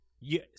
yes